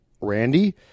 Randy